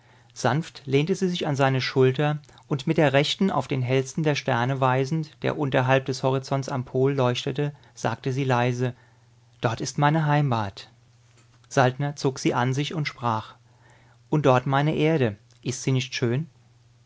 sanft lehnte sie sich an seine schulter und mit der rechten auf den hellsten der sterne weisend der unterhalb des horizonts des pols leuchtete sagte sie leise dort ist meine heimat saltner zog sie an sich und sprach und dort meine erde ist sie nicht schön